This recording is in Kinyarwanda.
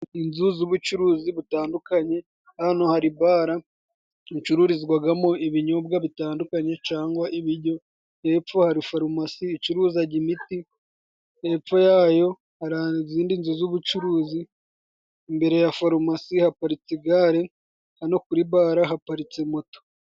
Inzu z'ubucuruzi butandukanye, hano hari bara icururizwagamo ibinyobwa bitandukanye. Cangwa ibiryo hepfo, hari farumasi icuruzaga imiti hepfo yayo hari izindi nzu z'ubucuruzi, imbere ya farumasi ya poritigare hano kuribara haparitse moto.